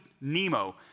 Nemo